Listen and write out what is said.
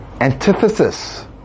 antithesis